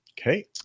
Okay